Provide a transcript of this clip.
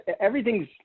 everything's